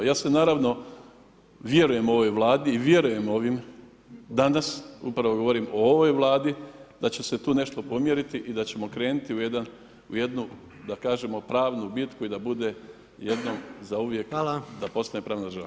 Ja naravno vjerujem ovoj Vladi i vjerujem ovim danas, upravo govorim o ovoj Vladi da će se tu nešto pomjeriti i da ćemo kreniti u jednu da kažemo pravnu bitku i da bude jednom zauvijek da postane pravna država.